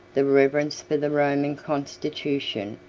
the reverence for the roman constitution,